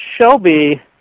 Shelby